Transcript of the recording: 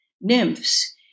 nymphs